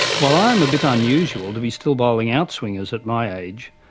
while i am a bit unusual to be still bowling outswingers at my age,